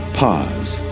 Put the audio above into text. pause